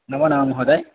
नमो नमः महोदय